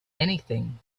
anything